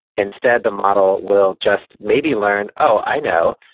instead, the model will just maybe learn, oh, i know.